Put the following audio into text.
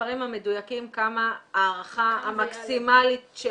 המספרים המדויקים כמה ההערכה המקסימאלית של